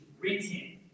written